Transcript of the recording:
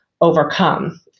overcome